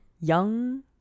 young